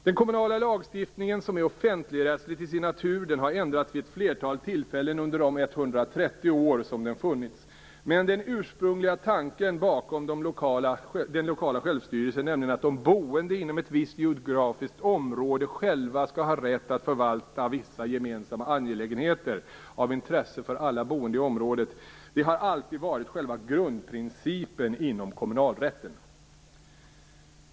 Den kommunala lagstiftningen, som är offentligrättslig till sin natur, har ändrats vid ett flertal tillfällen under de drygt 130 år som den funnits, men den ursprungliga tanken bakom den lokala självstyrelsen - att de boende inom ett visst geografiskt område själva skall ha rätt att förvalta vissa gemensamma angelägenheter av intresse för alla boende i området - har alltid varit själva grundprincipen inom kommunalrätten.